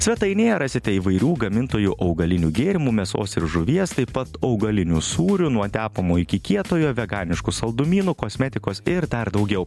svetainėje rasite įvairių gamintojų augalinių gėrimų mėsos ir žuvies taip pat augalinių sūrių nuo tepamo iki kietojo veganiškų saldumynų kosmetikos ir dar daugiau